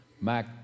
Mac